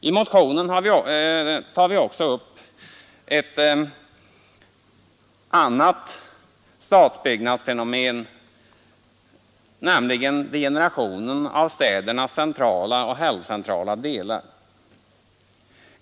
I motionen tar vi också upp ett annat stadsbyggnadsfenomen, nämligen degenerationen i städernas centrala och halvcentrala delar.